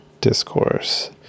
discourse